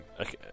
Okay